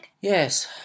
Yes